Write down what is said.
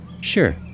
Sure